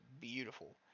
beautiful